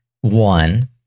One